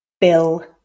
Bill